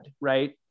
Right